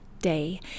day